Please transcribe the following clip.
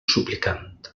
suplicant